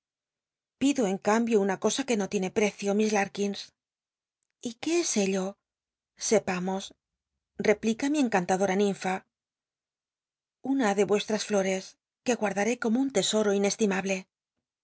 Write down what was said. pido en cambio una cosa cfue no tiene precio mis dains y qué es ello sepamos replica mi encantadora ninfa una de vuestras flores que guardaré como un tesoro inestimable